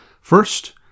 First